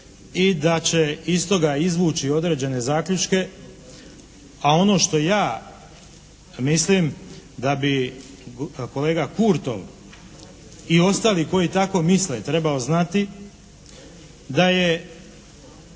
i da će iz toga izvući određene zaključke. A ono što ja mislim da bi kolega Kurtov i ostali koji tako misle trebali znati da je